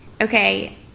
okay